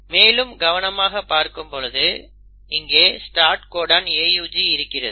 மேலும் கவனமாகப் பார்க்கும் பொழுது இங்கே ஸ்டார்ட் கோடன் AUG இருக்கிறது